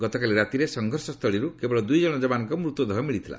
ଗତକାଲି ରାତିରେ ସଂଘର୍ଷ ସ୍ଥଳୀରୁ କେବଳ ଦୁଇ ଜଣ ଯବାନଙ୍କ ମୃତଦେହ ମିଳିଥିଲା